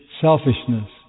selfishness